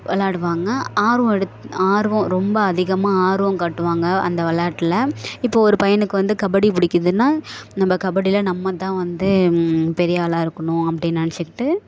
விளையாடுவாங்க ஆர்வம் எடுத் ஆர்வம் ரொம்ப அதிகமாக ஆர்வம் காட்டுவாங்க அந்த விளையாட்டில் இப்போது ஒரு பையனுக்கு வந்து கபடி பிடிக்கிதுன்னா நம்ம கபடியில் நம்ம தான் வந்து பெரிய ஆளாக இருக்கணும் அப்படின்னு நினச்சிக்கிட்டு